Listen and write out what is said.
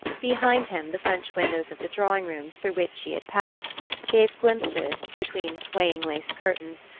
behind him, the french windows of the drawing-rooms through which he had passed gave glimpses, between swaying lace curtains,